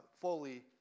fully